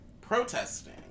protesting